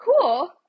cool